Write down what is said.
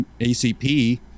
ACP